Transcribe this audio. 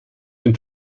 den